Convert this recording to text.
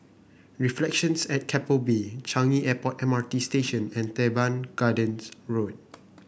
Reflections at Keppel Bay Changi Airport M R T Station and Teban Gardens Road